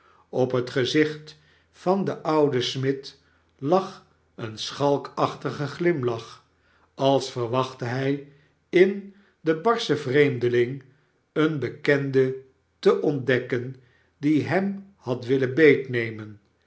op het gezicht van den ouden smid lag een schalkachtige glimlach als verwachtte hij in den barschen vreemdeling een bekende te ontdekken die hem had willen